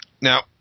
Now